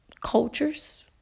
cultures